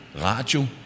Radio